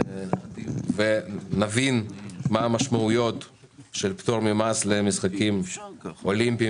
ונבין מה המשמעויות של פטור ממס למשחקים אולימפיים